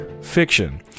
fiction